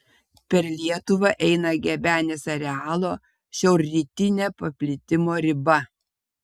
per lietuvą eina gebenės arealo šiaurrytinė paplitimo riba